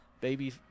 baby